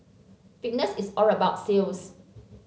fitness is all about sales